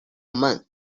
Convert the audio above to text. month